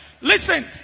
Listen